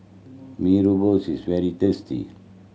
Mee Rebus is very tasty